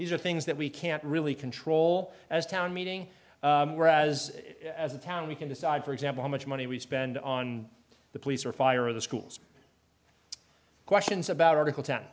these are things that we can't really control as a town meeting whereas as a town we can decide for example how much money we spend on the police or fire the schools questions about article t